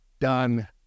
done